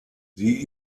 sie